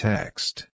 Text